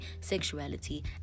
sexuality